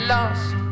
Lost